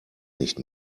nicht